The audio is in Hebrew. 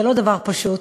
זה לא דבר פשוט.